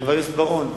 חבר הכנסת בר-און.